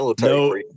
no